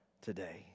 today